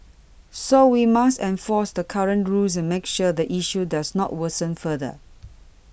so we must enforce the current rules and make sure the issue does not worsen further